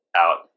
out